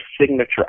signature